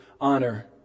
honor